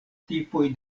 tipoj